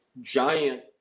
giant